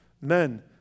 men